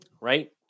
right